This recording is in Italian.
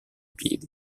piedi